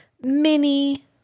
mini